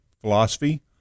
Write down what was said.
philosophy